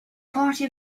party